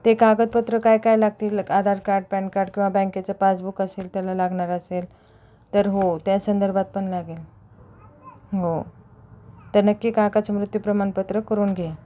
ते कागदपत्रं काय काय लागतील आधार कार्ड पॅन कार्ड किंवा बँकेचं पासबुक असेल त्याला लागणार असेल तर हो त्या संदर्भात पण लागेल हो तर नक्की काकाचं मृत्यू प्रमाणपत्र करून घे